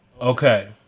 Okay